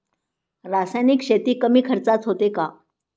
रासायनिक शेती कमी खर्चात होते का?